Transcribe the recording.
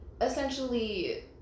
essentially